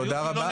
תודה רבה.